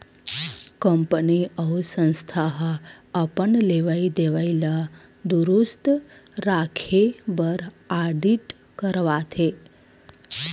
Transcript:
company अउ संस्था ह अपन लेवई देवई ल दुरूस्त राखे बर आडिट करवाथे